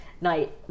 night